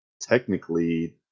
technically